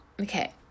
Okay